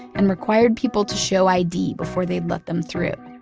and required people to show id before they'd let them through.